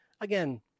Again